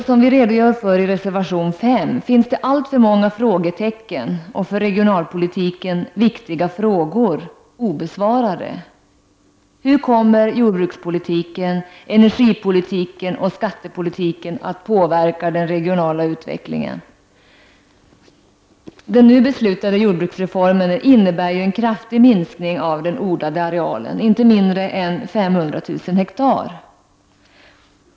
Som vi redogör för i reservation 5 finns alltför många frågetecken och för regionalpolitiken viktiga frågor obesvarade. Hur kommer jordbrukspolitiken, energipolitiken och skattepolitiken att påverka den regionala utvecklingen? Den nu beslutade jordbruksreformen innebär en kraftig minskning av den odlade arealen — inte mindre än 500 000 hektar.